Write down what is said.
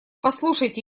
послушайте